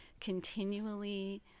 continually